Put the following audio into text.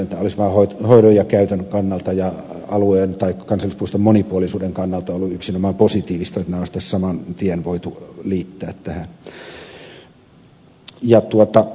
tämä olisi vain hoidon ja käytön kannalta ja kansallispuiston monipuolisuuden kannalta ollut yksinomaan positiivista että ne olisi saman tien voitu liittää tähän